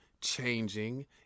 changing